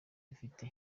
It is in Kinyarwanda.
mufite